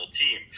team